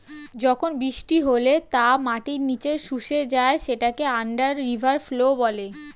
যখন বৃষ্টি হলে তা মাটির নিচে শুষে যায় সেটাকে আন্ডার রিভার ফ্লো বলে